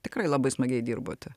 tikrai labai smagiai dirbote